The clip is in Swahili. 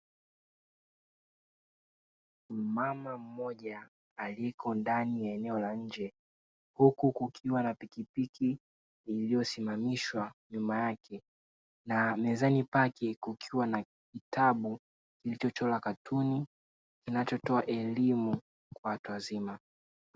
Mmama mmoja aliyeko ndani ya eneo la nje, huku kukiwa na pikipiki iliyo simamishwa nyuma yake, na mezani pake kukiwa na kitabu kilicho chorwa katuni kinacho toa elimu kwa watu wazima.